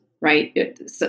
right